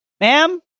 ma'am